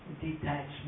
detachment